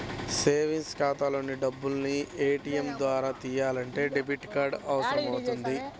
savings ఖాతాలోని డబ్బుల్ని ATM ద్వారా తియ్యాలంటే డెబిట్ కార్డు అవసరమవుతుంది